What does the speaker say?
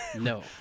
No